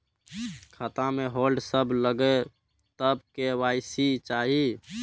खाता में होल्ड सब लगे तब के.वाई.सी चाहि?